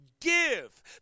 give